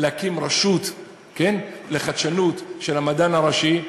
להקים רשות לחדשנות של המדען הראשי.